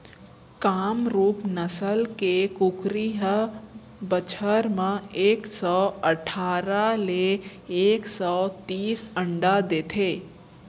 कामरूप नसल के कुकरी ह बछर म एक सौ अठारा ले एक सौ तीस अंडा देथे